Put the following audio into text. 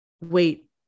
wait